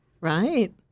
right